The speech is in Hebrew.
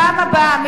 בפעם הבאה,